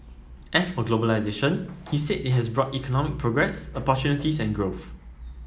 as for globalisation he said it has brought economic progress opportunities and growth